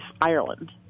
Ireland